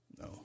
No